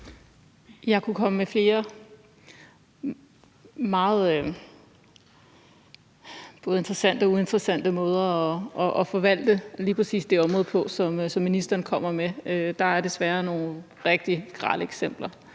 Jeg kunne komme med flere eksempler på både meget interessante og uinteressante måder at forvalte lige præcis det område på, ligesom ministeren kommer med. Der er desværre nogle rigtig grelle eksempler